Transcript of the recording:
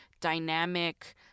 dynamic